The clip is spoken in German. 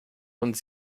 hund